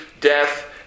death